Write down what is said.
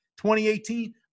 2018